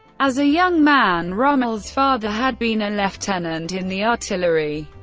as a young man rommel's father had been a lieutenant in the artillery.